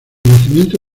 nacimiento